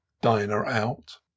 diner-out